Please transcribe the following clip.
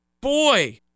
Boy